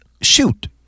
Shoot